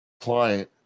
client